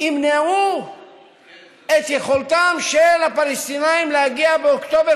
ימנעו את יכולתם של הפלסטינים להגיע באוקטובר